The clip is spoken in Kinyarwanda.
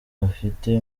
bafite